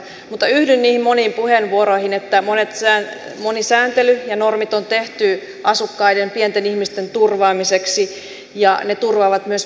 mutta yhdyn niihin moniin puheenvuoroihin että moni sääntely ja monet normit on tehty asukkaiden pienten ihmisten turvaamiseksi ja ne turvaavat myös peruspalveluja